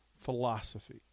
philosophy